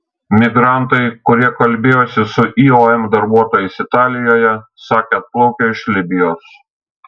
migrantai kurie kalbėjosi su iom darbuotojais italijoje sakė atplaukę iš libijos